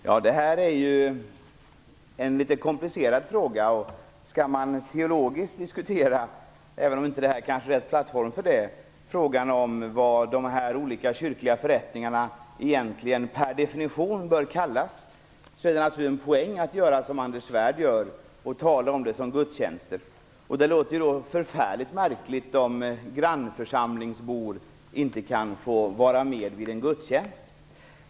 Fru talman! Det här är en litet komplicerad fråga. Även om detta inte är rätt plattform för en sådan diskussion, kan man förstås rent teologiskt diskutera frågan om vad de olika kyrkliga förrättningarna egentligen per definition bör kallas. Det är då naturligtvis en poäng att som Anders Svärd tala om dem som gudstjänster. Det låter då förfärligt märkligt om en grannförsamlingsbo inte kan få vara med vid en gudstjänst.